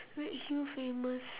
redhill famous